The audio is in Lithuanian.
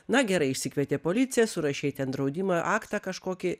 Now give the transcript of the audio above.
na gerai išsikvietė policiją surašei ten draudimą aktą kažkokį